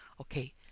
Okay